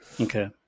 okay